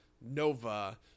Nova